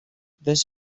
this